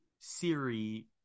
Siri